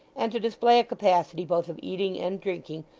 and to display a capacity both of eating and drinking,